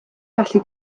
gallu